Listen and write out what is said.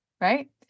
right